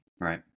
Right